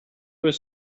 his